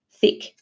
thick